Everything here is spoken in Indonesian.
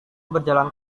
berjalan